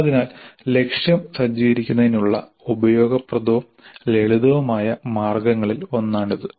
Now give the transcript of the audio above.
അതിനാൽ ലക്ഷ്യം സജ്ജീകരിക്കുന്നതിനുള്ള ഉപയോഗപ്രദവും ലളിതവുമായ മാർഗ്ഗങ്ങളിൽ ഒന്നാണിത്